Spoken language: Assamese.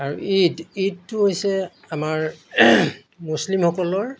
আৰু ঈদ ঈদটো হৈছে আমাৰ মুছলিমসকলৰ